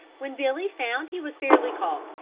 when billy found he was fairly caught,